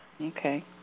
Okay